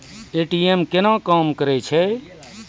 ATM केना काम करै छै?